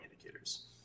indicators